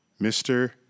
Mr